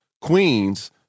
Queens